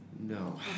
No